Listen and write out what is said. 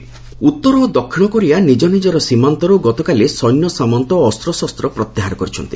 Korea guard ଉତ୍ତର ଓ ଦକ୍ଷିଣ କୋରିଆ ନିଜ ନିଜର ସୀମାନ୍ତରୁ ଗତକାଲି ସୈନ୍ୟସାମନ୍ତ ଓ ଅସ୍ତ୍ରଶସ୍ତ ପ୍ରତ୍ୟାହାର କରିଛନ୍ତି